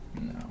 No